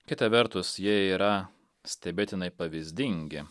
kita vertus jie yra stebėtinai pavyzdingi